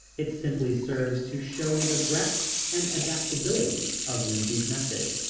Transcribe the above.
it simply serves to show the breadth and adaptability of lindsay's method.